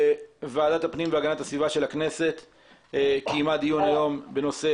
ועדת הפנים והגנת הסיבה של הכנסת קיימה היום דיון בנושא